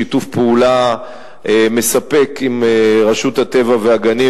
שיתוף פעולה מספק עם רשות הטבע והגנים